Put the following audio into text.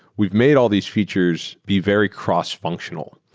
we've made all these features be very cross-functional.